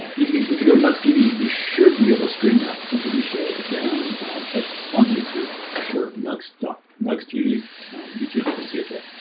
you can if you go knucks tv, you should be able to stream that t tv show again it's on youtube for sure nugs duck mugs tv youtube. you can see it there